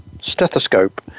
stethoscope